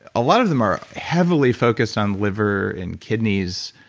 a lot of them are heavily focused on liver and kidneys.